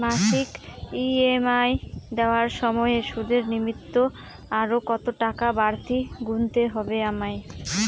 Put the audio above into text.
মাসিক ই.এম.আই দেওয়ার সময়ে সুদের নিমিত্ত আরো কতটাকা বাড়তি গুণতে হবে আমায়?